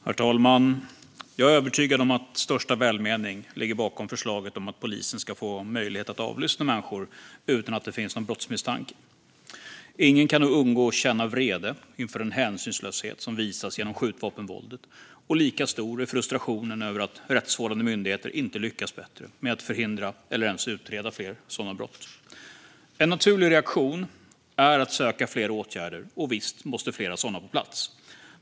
Herr talman! Jag är övertygad om att största välmening ligger bakom förslaget att polisen ska få möjlighet att avlyssna människor utan att det finns någon brottsmisstanke. Ingen kan nog undgå att känna vrede inför den hänsynslöshet som visas genom skjutvapenvåldet. Och lika stor är frustrationen över att rättsvårdande myndigheter inte lyckas bättre med att förhindra eller ens utreda fler sådana brott. En naturlig reaktion är att söka fler åtgärder, och visst måste flera sådana på plats.